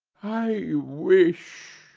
i wish,